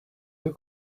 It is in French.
œufs